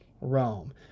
Rome